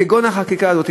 כגון החקיקה הזאת,